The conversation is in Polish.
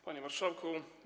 Panie Marszałku!